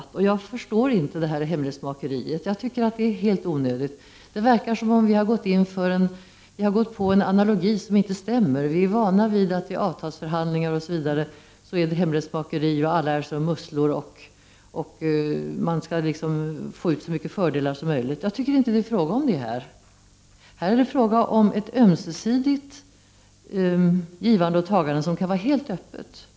Jag förstår 24 november 1989 inte det här hemlighetsmakeriet. Jag tycker det är helt onödigt. Det verkar ZN som om vi här drabbats av en analogi som inte stämmer. Vi är vana vid att avtalsförhandlingar om löner och liknande är omgärdade med hemlighetsmakeri; alla är som musslor, och man försöker ta ut så många fördelar som möjligt. Men jag tycker inte att det bör vara fråga om någonting sådant här. Här gäller det ett ömsesidigt givande och tagande, som kan vara helt öppet.